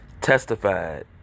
testified